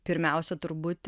pirmiausia turbūt